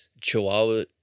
Chihuahua